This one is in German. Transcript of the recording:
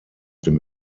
dem